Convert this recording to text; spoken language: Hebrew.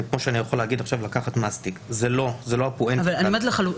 לא זאת הפואנטה כאן.